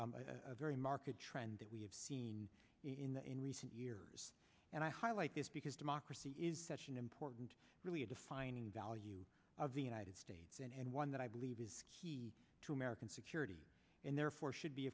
a very market trend that we have seen in the in recent years and i highlight this because democracy is such an important really a defining value of the united states and one that i believe is key to american security and therefore should be